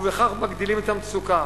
ובכך מגדילים את המצוקה.